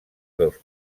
dos